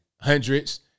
Hundreds